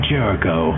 Jericho